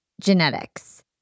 genetics